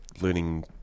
learning